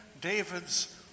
David's